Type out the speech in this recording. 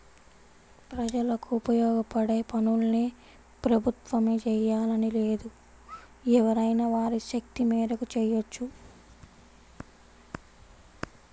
ప్రజలకు ఉపయోగపడే పనుల్ని ప్రభుత్వమే జెయ్యాలని లేదు ఎవరైనా వారి శక్తి మేరకు చెయ్యొచ్చు